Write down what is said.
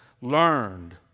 learned